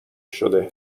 شده